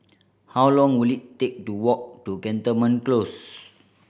how long will it take to walk to Cantonment Close